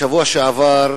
בשבוע שעבר,